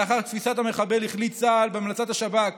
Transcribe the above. לאחר תפיסת המחבל החליט צה"ל, בהמלצת השב"כ